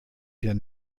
wir